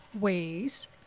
ways